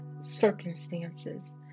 circumstances